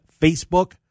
Facebook